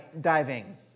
diving